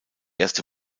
erste